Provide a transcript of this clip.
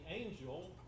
angel